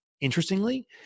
interestingly